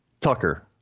Tucker